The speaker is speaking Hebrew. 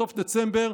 סוף דצמבר,